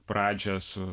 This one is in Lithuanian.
pradžią su